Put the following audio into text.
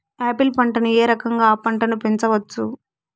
Apple పంటను ఏ రకంగా అ పంట ను పెంచవచ్చు?